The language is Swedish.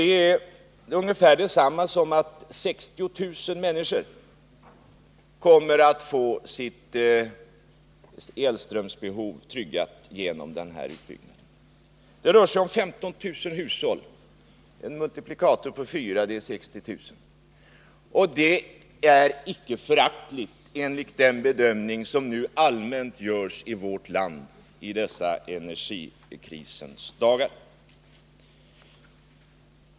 Det är ungefär detsamma som att 60 000 människor kommer att få sitt elströmsbehov tryggat genom denna utbyggnad. Det rör sig om 15 000 hushåll. Med en multiplikator på 4 blir det 60 000. Det är ett icke föraktligt energitillskott enligt den bedömning som nu allmänt görs i vårt land i dessa energikrisens dagar.